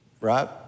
right